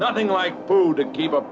nothing like food to keep up